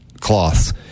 cloths